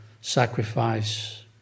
sacrifice